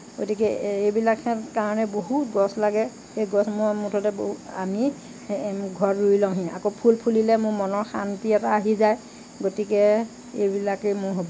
গতিকে এইবিলাকৰ কাৰণে বহুত গছ লাগে এই গছ মই মুঠতে আনি ঘৰত ৰুই লওঁহি আকৌ ফুল ফুলিলে মোৰ মনৰ শান্তি এটা আহি যায় গতিকে এইবিলাকেই মোৰ হ'বী